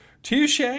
Touche